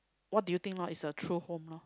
what do you think lor is your true home lor